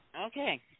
Okay